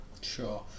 Sure